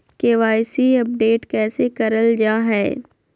KYC update कैसे करल जाहै?